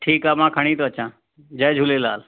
ठीकु आहे मां खणी थो अचां जय झूलेलाल